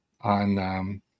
on –